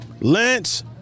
Lance